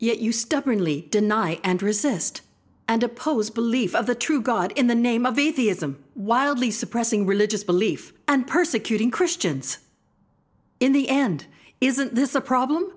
you stubbornly deny and resist and oppose belief of the true god in the name of atheism wildly suppressing religious belief and persecuting christians in the end isn't this a problem